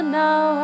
now